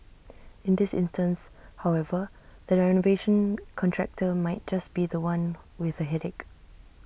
in this instance however the renovation contractor might just be The One with A headache